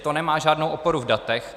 To nemá žádnou oporu v datech.